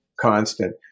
constant